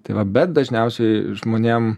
tai va bet dažniausiai žmonėm